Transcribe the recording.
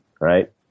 right